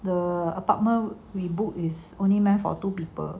the apartment we book is only meant for two people